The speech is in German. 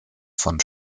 von